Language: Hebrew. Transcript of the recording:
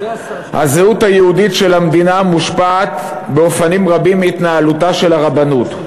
הזהות היהודית של המדינה מושפעת באופנים רבים מהתנהלותה של הרבנות.